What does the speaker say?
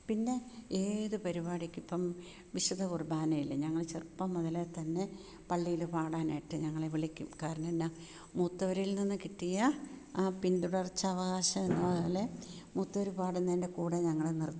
പിന്നെ ഏത് പരിപാടിക്കും ഇപ്പം വിശുദ്ധകുർബാനയില് ഞങ്ങള് ചെറുപ്പം മുതലേ തന്നെ പള്ളിയിൽ പാടാനായിട്ട് ഞങ്ങളെ വിളിക്കും കാരണം എന്നാൽ മൂത്തവരിൽ നിന്ന് കിട്ടിയ ആ പിന്തുടർച്ചാവകാശം എന്ന് പറഞ്ഞാൽ മൂത്തവര് പാടുന്നതിൻ്റെകൂടെ ഞങ്ങളെ നിർത്തും